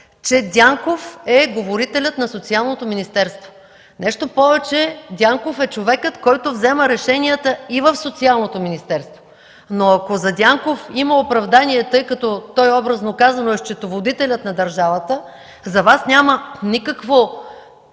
че Дянков е говорителят на Социалното министерство. Нещо повече, Дянков е човекът, който взема решенията и в Социалното министерство. Но ако за Дянков има оправдание, тъй като той образно казано е счетоводителят на държавата, за Вас няма никакво